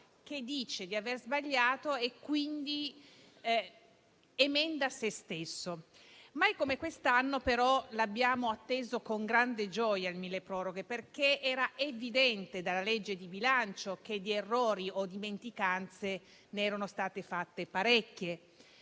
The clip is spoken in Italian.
dice di aver sbagliato e quindi emenda se stesso. Mai come quest'anno, però, abbiamo atteso con grande gioia il milleproroghe, perché era evidente dalla legge di bilancio che di errori o dimenticanze ne erano stati fatti parecchi.